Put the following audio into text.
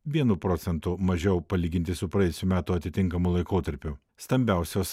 vienu procentu mažiau palyginti su praėjusių metų atitinkamu laikotarpiu stambiausios